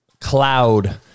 cloud